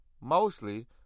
Mostly